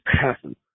passing